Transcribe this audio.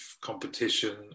competition